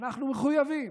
אנחנו מחויבים